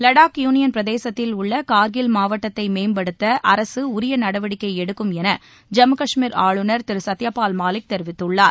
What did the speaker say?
Ladakh union பிரதேகத்தில் உள்ள கார்கில் மாவட்டத்தை மேம்படுத்த அரசு உரிய நடவடிக்கை எடுக்கும் என் ஜம்மு கஷ்மீர் ஆளுநர் திரு சத்யபால் மாலிக் தெரிவித்துள்ளார்